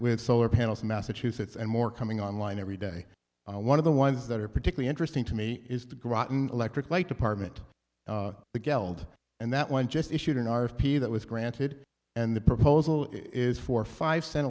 with solar panels in massachusetts and more coming online every day one of the ones that are particularly interesting to me is the groton electric light department the geld and that one just issued an r f p that was granted and the proposal is for five cent